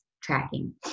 tracking